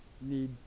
need